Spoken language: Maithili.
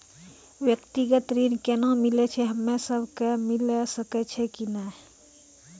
व्यक्तिगत ऋण केना मिलै छै, हम्मे सब कऽ मिल सकै छै कि नै?